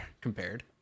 compared